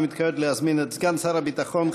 אני מתכבד להזמין את סגן שר הביטחון,